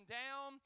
down